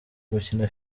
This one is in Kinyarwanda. gukina